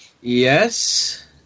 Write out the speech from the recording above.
Yes